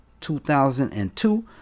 2002